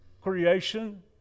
Creation